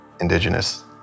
Indigenous